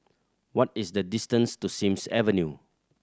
what is the distance to Sims Avenue